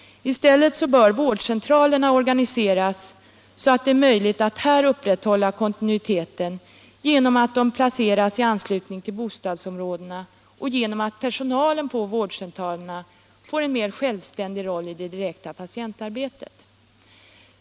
I stället bör vårdcentralerna organiseras så att det är möjligt att här upprätthålla kontinuiteten genom att de placeras i anslutning till bostadsområdena och genom att personalen på vårdcentralerna får en mer självständig roll i det direkta patientarbetet.